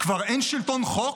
כבר אין שלטון חוק?